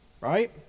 right